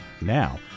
now